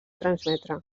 transmetre